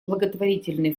благотворительный